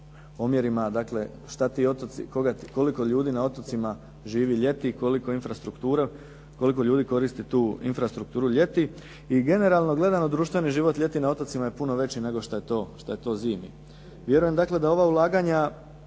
omjerima, dakle što ti otoci, koliko ljudi na otocima živi ljeti, koliko infrastruktura, koliko ljudi koristi tu infrastrukturu ljeti i generalno gledano, društveni život ljeti na otocima je puno veći nego što je to zimi. Vjerujem dakle da ova ulaganja,